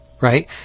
Right